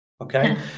okay